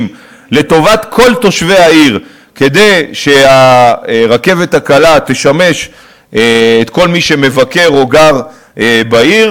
לטובת כל תושבי העיר כדי שהרכבת הקלה תשמש את כל מי שמבקר או גר בעיר,